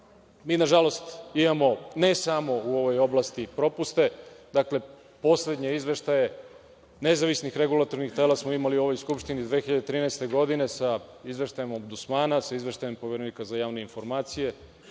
na žalost imamo ne samo u ovoj oblasti propuste, dakle, poslednje izveštaje nezavisnih regulatornih tela smo imali u ovoj Skupštini 2013. godine sa izveštajem Ombudsmana, sa izveštajem Poverenika za javne informacije,